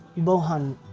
Bohan